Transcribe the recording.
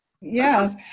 Yes